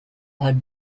had